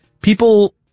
People